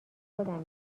خودم